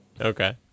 Okay